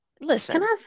Listen